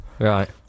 Right